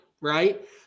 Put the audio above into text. right